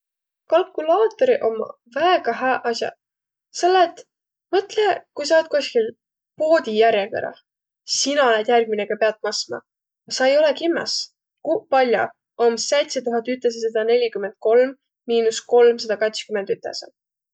Kalkulaatriq ommaq väega hääq as'aq. Selle et mõtlõ kui sa olõt koskil poodijärekõrrah. Sina olõt järgmine, kiä piät masma. Sa ei olõq kimmäs, kuq pall'o om säidsetuhat ütessäsada nelikümend kolm miinus kolmsada kats'kümend ütesä.